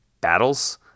battles